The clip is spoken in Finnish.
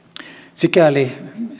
sikäli